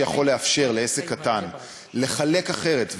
שיכול לאפשר לעסק קטן לחלק אחרת,